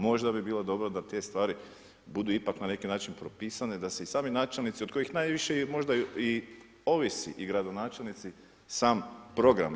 Možda bi bilo dobro da te stvari budu ipak na neki način propisane da se i sami načelnici od kojih najviše možda i ovisi, i gradonačelnici, sam program.